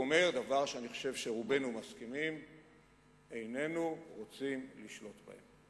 הוא אומר דבר שאני חושב שרובנו מסכימים לו: איננו רוצים לשלוט בהם,